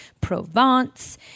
Provence